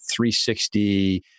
360